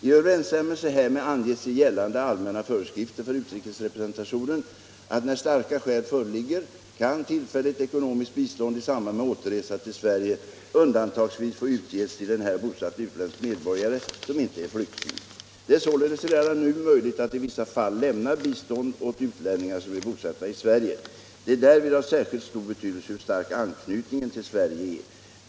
I överensstämmelse härmed anges i gällande Allmänna föreskrifter för utrikesrepresentationen att när starka skäl föreligger kan tillfälligt ekonomiskt bistånd i samband med återresa till Sverige undantagsvis få utges till en här bosatt utländsk medborgare som inte är flykting. Det är således redan nu möjligt att i vissa fall lämna bistånd åt utlänningar som är bosatta i Sverige. Det är därvid av särskild betydelse hur stark anknytningen till Sverige är.